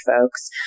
folks